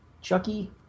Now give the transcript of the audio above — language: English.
Chucky